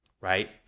right